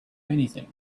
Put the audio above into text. anything